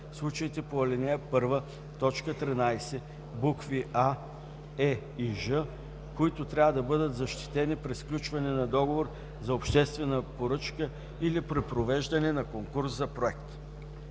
случаите по ал. 1, т. 13, букви „а”, „е” и „ж”, които трябва да бъдат защитени при сключване на договор за обществена поръчка или при провеждане на конкурс за проект.”